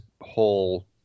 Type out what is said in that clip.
whole